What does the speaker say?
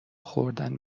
خوردن